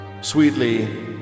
Sweetly